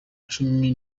cumi